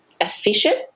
efficient